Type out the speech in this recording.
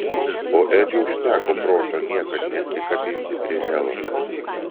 o edžiui užteko proto niekad nesikabinti prie helos